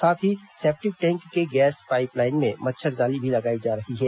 साथ ही septic tank के गैस पाइप लाइन में मच्छर जाली भी लगाई जा रही है